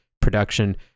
production